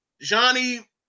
Johnny